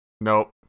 Nope